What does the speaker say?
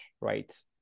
right